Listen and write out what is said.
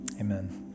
Amen